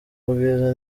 ubwiza